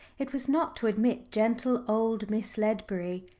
it was not to admit gentle old miss ledbury.